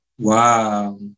wow